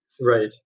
Right